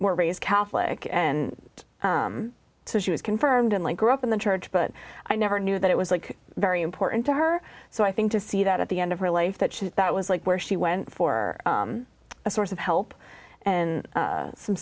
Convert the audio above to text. more raised catholic and so she was confirmed unlike grew up in the church but i never knew that it was like very important to her so i think to see that at the end of her life that she that was like where she went for a source of help and some